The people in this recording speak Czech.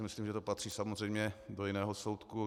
Myslím si, že to patří samozřejmě do jiného soudku.